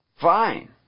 fine